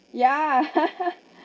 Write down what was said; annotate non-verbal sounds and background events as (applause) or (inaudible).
yeah (laughs)